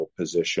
position